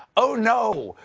oh no!